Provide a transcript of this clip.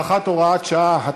הארכת הוראת שעה),